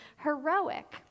heroic